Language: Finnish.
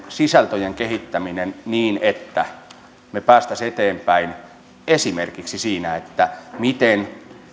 sisältöjen kehittäminen niin että me pääsisimme eteenpäin esimerkiksi siinä miten